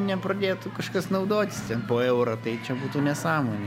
nepradėtų kažkas naudotis ten po eurą tai čia būtų nesąmonė